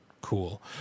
cool